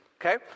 okay